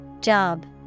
Job